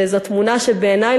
זאת תמונה שבעיני,